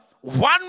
one